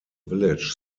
village